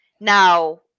Now